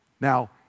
Now